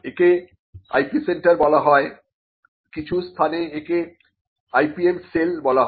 একে IPসেন্টার বলা হয় কিছু স্থানে একে IPM সেল বলা হয়